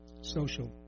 social